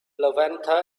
levanter